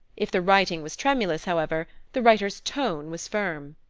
if the writing was tremulous, however, the writer's tone was firm.